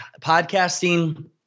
Podcasting